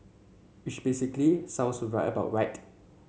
which basically sounds about right